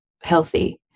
healthy